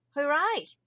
hooray